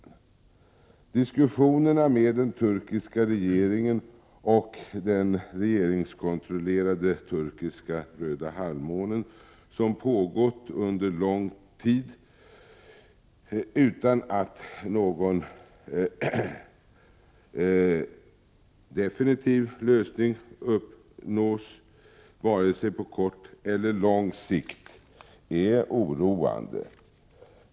Att diskussionerna med den turkiska regeringen och den regeringskontrollerade turkiska Röda halvmånen har pågått under lång tid utan att någon definitiv lösning uppnåtts vare sig på kort eller lång sikt är oroande.